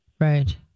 Right